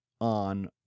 on